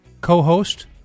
co-host